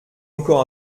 encore